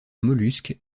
mollusques